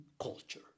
culture